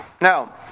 Now